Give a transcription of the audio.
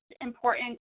important